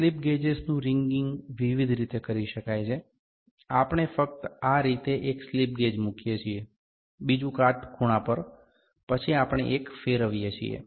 slip ગેજેસનું wringing વિવિધ રીતે કરી શકાય છે આપણે ફક્ત આ રીતે એક સ્લિપ ગેજ મૂકીએ છીએ બીજું કાટખૂણા પર પછી આપણે એક ફેરવીએ છીએ